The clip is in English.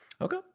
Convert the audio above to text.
Okay